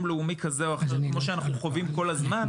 לאומי כזה או אחר כמו שאנחנו חווים כל הזמן,